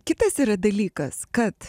kitas yra dalykas kad